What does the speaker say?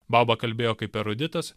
bauba kalbėjo kaip eruditas